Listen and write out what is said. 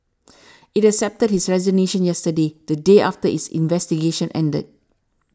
it accepted his resignation yesterday the day after its investigation ended